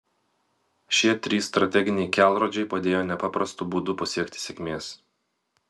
šie trys strateginiai kelrodžiai padėjo nepaprastu būdu pasiekti sėkmės